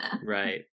Right